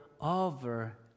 over